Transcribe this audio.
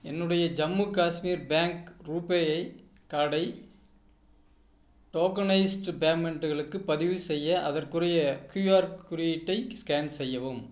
என்னுடைய ஜம்மு காஷ்மீர் பேங்க் ரூபேயை கார்டை டோக்கனைஸ்டு பேமெண்ட்டுகளுக்கு பதிவுசெய்ய அதற்குரிய க்யூஆர் குறியீட்டை ஸ்கேன் செய்யவும்